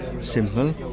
simple